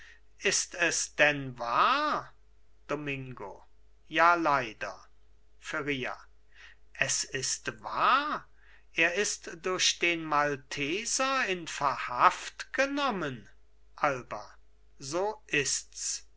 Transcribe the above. ist es denn wahr domingo ja leider feria es ist wahr er ist durch den malteser in verhaft genommen alba so ists